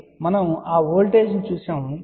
కాబట్టి మనము ఆ వోల్టేజ్ చూశాము